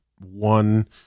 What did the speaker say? one